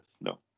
No